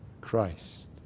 Christ